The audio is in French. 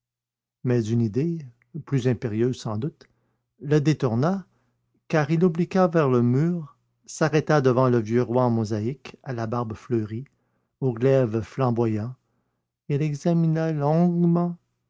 mais une idée plus impérieuse sans doute le détourna car il obliqua vers le mur s'arrêta devant le vieux roi de mosaïque à la barbe fleurie au glaive flamboyant et l'examina longuement